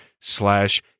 slash